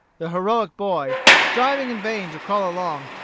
the heroic boy, striving in vain to crawl along,